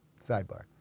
Sidebar